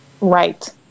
Right